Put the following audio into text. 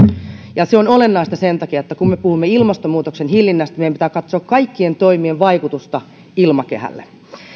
ja se on olennaista sen takia että kun me puhumme ilmastonmuutoksen hillinnästä meidän pitää katsoa kaikkien toimien vaikutusta ilmakehälle